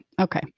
Okay